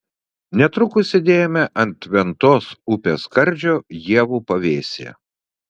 netrukus sėdėjome ant ventos upės skardžio ievų pavėsyje